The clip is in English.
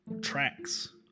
tracks